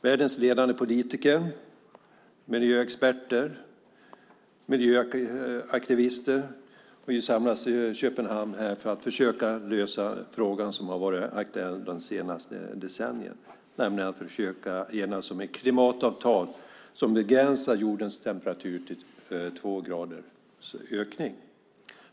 Världens ledande politiker, miljöexperter och miljöaktivister samlas i Köpenhamn för att försöka lösa frågan som har varit aktuell det senaste decenniet, nämligen att försöka enas om ett klimatavtal som begränsar jordens temperaturökning till två grader.